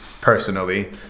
personally